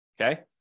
Okay